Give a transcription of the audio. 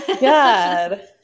God